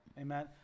Amen